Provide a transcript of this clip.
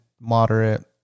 moderate